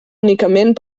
únicament